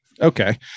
Okay